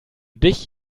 dich